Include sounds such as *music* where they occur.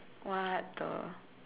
*noise* what the